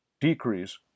decrease